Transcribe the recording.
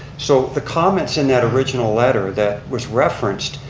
so the comments in that original letter that was referenced,